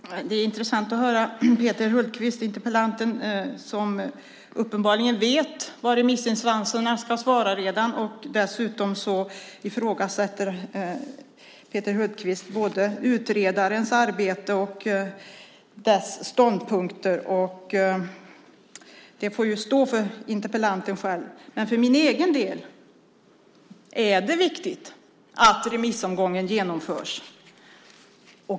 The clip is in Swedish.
Herr talman! Det är intressant att höra att interpellanten Peter Hultqvist uppenbarligen redan vet vad remissinstanserna ska svara. Dessutom ifrågasätter Peter Hultqvist både utredarens arbete och ståndpunkter, och det får stå för interpellanten själv. För min del är det viktigt att remissomgången genomförs.